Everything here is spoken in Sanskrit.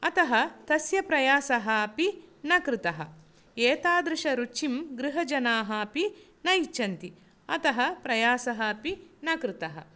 अतः तस्य प्रयासः अपि न कृतः एतादृशरुचिं गृहजनाः अपि न इच्छन्ति अतः प्रयासः अपि न कृतः